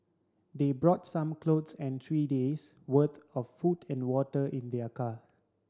they brought some clothes and three days' worth of food and water in their car